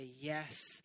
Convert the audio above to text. yes